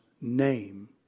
name